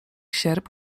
sierp